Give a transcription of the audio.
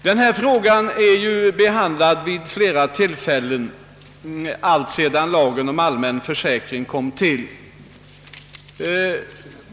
Denna fråga har behandlats vid flera tillfällen alltsedan lagen om allmän försäkring kom till.